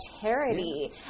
charity